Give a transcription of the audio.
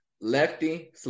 Lefty